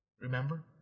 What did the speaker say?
Remember